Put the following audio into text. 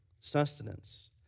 Sustenance